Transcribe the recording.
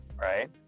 right